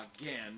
again